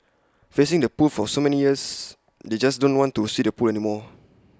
facing the pool for so many years they just don't want to see the pool anymore